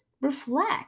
reflect